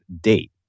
date